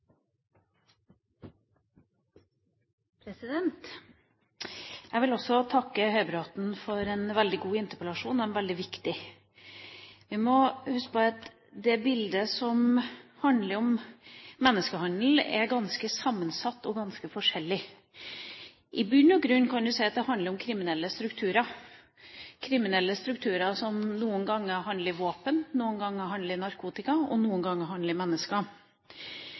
Jeg vil også takke Høybråten for en veldig god og viktig interpellasjon. Vi må huske på at det bildet som handler om menneskehandel, er ganske sammensatt og forskjellig. I bunn og grunn kan du si at det handler om kriminelle strukturer, kriminelle strukturer som noen ganger handler våpen, noen ganger handler narkotika og noen ganger handler mennesker.